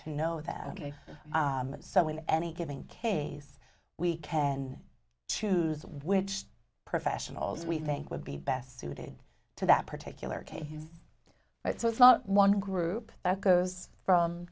to know that only so in any given case we can choose which professionals we think would be best suited to that particular case it's not one group that goes from